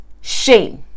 shame